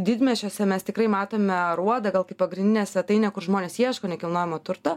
didmiesčiuose mes tikrai matome aruodą gal kaip pagrindinę svetainę kur žmonės ieško nekilnojamo turto